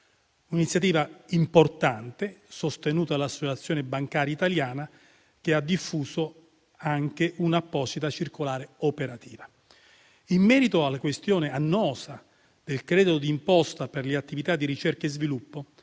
un'iniziativa importante, sostenuta dall'Associazione bancaria italiana, che ha diffuso anche un'apposita circolare operativa. In merito alla questione annosa del credito d'imposta per le attività di ricerca e sviluppo,